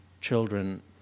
children